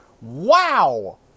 Wow